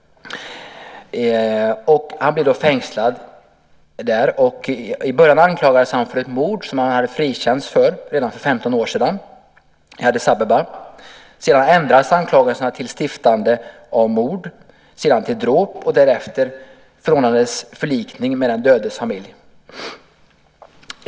Han blev fängslad där. I början anklagades han för mord som han hade frikänts från för 15 år sedan i Addis Abeba. Sedan ändrades anklagelsen till stiftande till mord, sedan till dråp och därefter förordnades förlikning med den dödades familj.